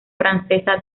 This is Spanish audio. francesa